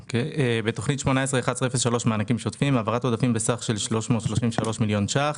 בתוכנית 181103 מענקים שוטפים: העברת עודפים בסך של 333 מיליון שקלים.